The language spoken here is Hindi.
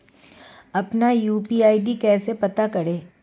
अपना यू.पी.आई आई.डी कैसे पता करें?